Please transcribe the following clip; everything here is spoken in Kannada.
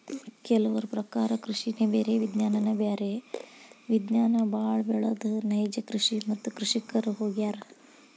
ಕೆಲವರ ಪ್ರಕಾರ ಕೃಷಿನೆ ಬೇರೆ ವಿಜ್ಞಾನನೆ ಬ್ಯಾರೆ ವಿಜ್ಞಾನ ಬಾಳ ಬೆಳದ ನೈಜ ಕೃಷಿ ಮತ್ತ ಕೃಷಿಕರ ಹೊಗ್ಯಾರ